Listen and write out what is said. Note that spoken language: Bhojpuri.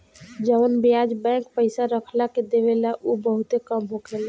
जवन ब्याज बैंक पइसा रखला के देवेला उ बहुते कम होखेला